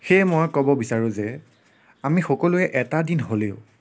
সেই মই ক'ব বিচাৰো যে আমি সকলোৱে এটা দিন হ'লেও